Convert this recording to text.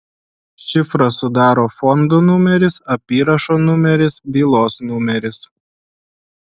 šifrą sudaro fondo numeris apyrašo numeris bylos numeris